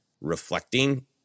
reflecting